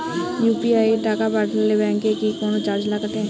UPI তে টাকা পাঠালে ব্যাংক কি কোনো চার্জ কাটে?